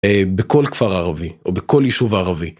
בכל כפר ערבי או בכל יישוב ערבי.